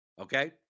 Okay